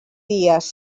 dies